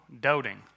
doubting